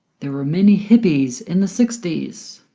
there were many hippies in the sixty s.